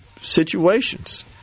situations